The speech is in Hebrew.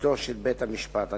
בפסיקתו של בית-המשפט הנכבד.